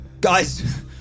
Guys